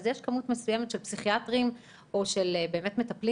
יש כמות מסוימת של פסיכיאטרים או של מטפלים